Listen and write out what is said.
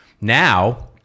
Now